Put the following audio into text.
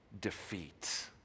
defeat